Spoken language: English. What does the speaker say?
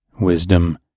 wisdom